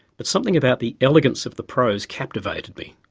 but something about the elegance of the prose captivated me.